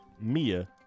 Mia